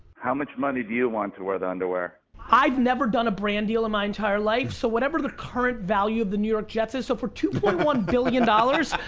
how much money do you want to wear the underwear? i've never done a brand deal in my entire life, so whatever the current value of the new york jets is, so for two point one billion dollars,